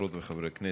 חברות וחברי הכנסת,